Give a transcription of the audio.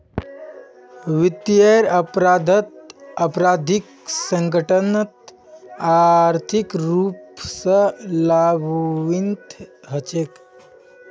वित्तीयेर अपराधत आपराधिक संगठनत आर्थिक रूप स लाभान्वित हछेक